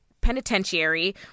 penitentiary